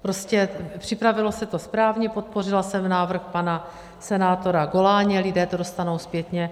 Prostě připravilo se to správně, podpořila jsem návrh pana senátora Goláně, lidé to dostanou zpětně.